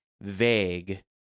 vague